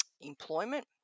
employment